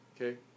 okay